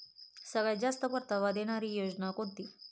सगळ्यात जास्त परतावा देणारी योजना कोणती?